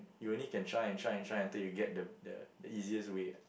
you only can try and try and try until you get the easiest way